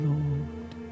Lord